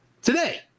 Today